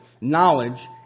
knowledge